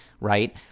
right